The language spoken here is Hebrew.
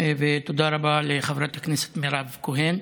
ותודה רבה לחברת הכנסת מירב כהן.